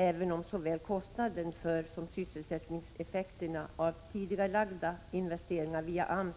Även om såväl kostnaden för som sysselsättningseffekterna av tidigarelagda investeringar via AMS